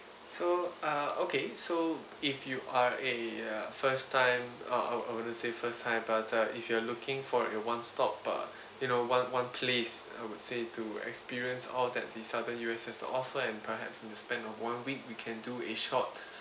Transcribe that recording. so uh okay so if you are a err first time uh I I wouldn't say first time but uh if you are looking for a one stop but you know one one place I would say to experience all that the southern U_S has to offer and perhaps in the span of one week we can do a short